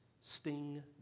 sting